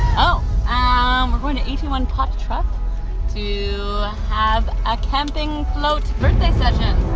oh! aah um we're going to eighty one potruff to have a camping-float birthday session